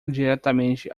diretamente